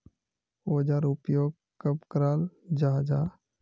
औजार उपयोग कब कराल जाहा जाहा?